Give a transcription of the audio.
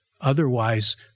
otherwise